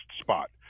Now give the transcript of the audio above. spot